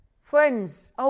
Friends